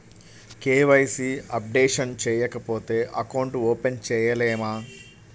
KYC updation చేయకపోతే account open చేయలేమా?